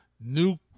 new